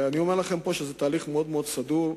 אני אומר לכם פה שזה תהליך מאוד מאוד סדור.